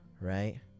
right